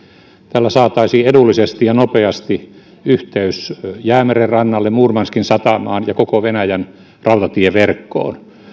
tällä saataisiin edullisesti ja nopeasti yhteys jäämeren rannalle murmanskin satamaan ja koko venäjän rautatieverkkoon